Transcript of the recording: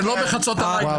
זה לא בחצות הלילה.